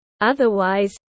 Otherwise